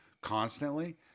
constantly